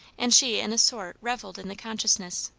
and she in a sort revelled in the consciousness.